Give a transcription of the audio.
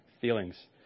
feelings